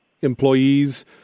employees